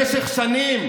הליכוד, שבמשך שנים